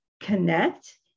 connect